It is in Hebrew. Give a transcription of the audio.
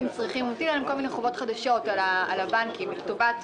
מטילים כל מיני חובות חדשות על הבנקים לטובת